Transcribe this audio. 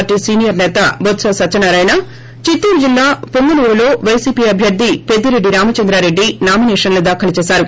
party senior సేత బొత్ప సత్యనారాయణచిత్తూరు జిల్లా పుంగనూరులో వైసీపీ అభ్యర్థి పెద్దిరెడ్డి రామచంద్రారెడ్డి నామిసేషన్లు దాఖలు చేశారు